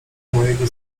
mojego